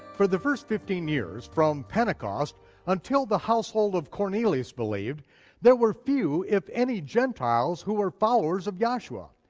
for the first fifteen years, from pentecost until the household of cornelius believed there were few, if any, gentiles who were followers of yahshua.